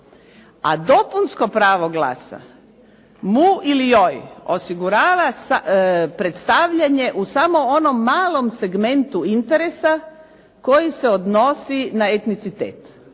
A dopunsko pravo glasa mu ili joj osigurava predstavljanje samo u onom malom segmentu interesa koji se odnosi na etnicitet.